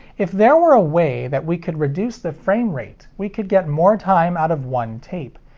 if there were a way that we could reduce the frame rate, we could get more time out of one tape.